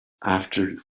after